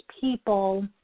people